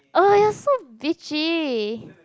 oh you're so bitchy